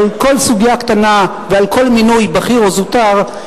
על כל סוגיה קטנה ועל כל מינוי בכיר או זוטר,